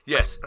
Yes